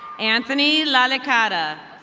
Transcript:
anthony lalakada.